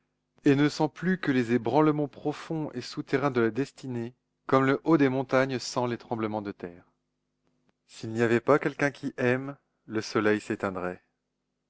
et ne sent plus que les ébranlements profonds et souterrains de la destinée comme le haut des montagnes sent les tremblements de terre s'il n'y avait pas quelqu'un qui aime le soleil s'éteindrait